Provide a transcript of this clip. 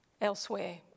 elsewhere